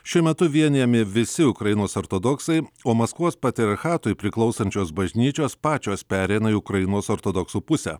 šiuo metu vienijami visi ukrainos ortodoksai o maskvos patriarchatui priklausančios bažnyčios pačios pereina į ukrainos ortodoksų pusę